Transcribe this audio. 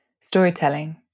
storytelling